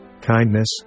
kindness